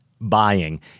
buying